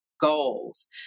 goals